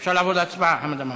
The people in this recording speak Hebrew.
אפשר לעבור להצבעה, חמד עמאר?